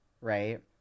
right